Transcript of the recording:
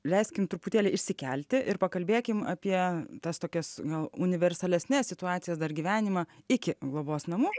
leiskim truputėlį išsikelti ir pakalbėkim apie tas tokias gal universalesnes situacijas dar gyvenimą iki globos namų